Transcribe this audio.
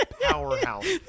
powerhouse